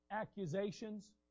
accusations